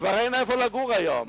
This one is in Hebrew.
כבר אין איפה לגור היום.